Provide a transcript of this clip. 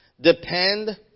Depend